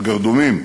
הגרדומים,